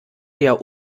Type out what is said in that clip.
der